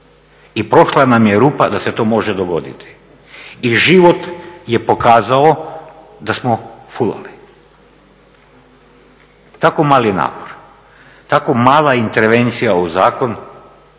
i prošla nam je rupa da se to može dogoditi i život je pokazao da smo fulali. Tako mali napor, tako mala intervencija u zakon,